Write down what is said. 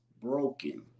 broken